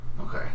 Okay